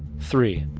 three.